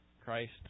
Christ